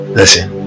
Listen